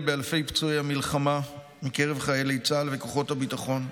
באלפי פצועי המלחמה מקרב חיילי צה"ל וכוחות הביטחון,